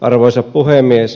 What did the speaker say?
arvoisa puhemies